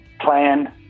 plan